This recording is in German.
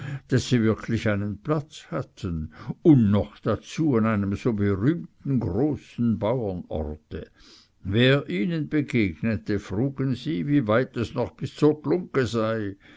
daß sie wirklich einen platz hatten und noch dazu an einem so berühmten großen bauernorte wer ihnen begegnete frugen sie wie weit es noch bis zur glungge sei